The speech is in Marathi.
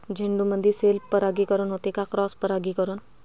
झेंडूमंदी सेल्फ परागीकरन होते का क्रॉस परागीकरन?